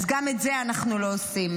אז גם את זה אנחנו לא עושים.